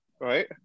right